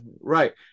right